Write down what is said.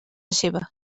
seva